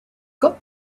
got